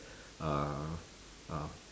uh uh